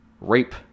Rape